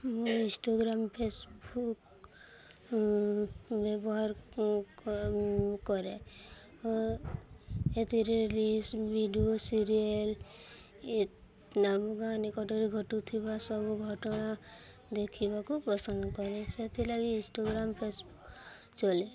ମୁଁ Instagram Facebook ବ୍ୟବହାର କରେ ଓ ଏଥିରେ ରିଲ୍ସ ଭିଡ଼ିଓ ସିରିଏଲ୍ ଆମକୁ ଅନେକ ନିକଟରେ ଘଟୁଥିବା ସବୁ ଘଟଣା ଦେଖିବାକୁ ପସନ୍ଦ କରେ ସେଥିଲାଗି ଇନ୍ଷ୍ଟାଗ୍ରାମ୍ ଫେସବୁକ୍ ଚଲାଏ